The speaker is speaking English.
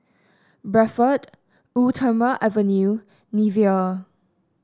Bradford Eau Thermale Avene Nivea